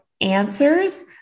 answers